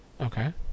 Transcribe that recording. Okay